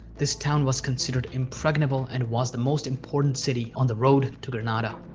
this town was considered impregnable and was the most important city on the road to granada.